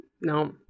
No